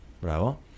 Bravo